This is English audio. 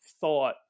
thought